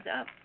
up